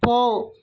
போ